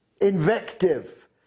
invective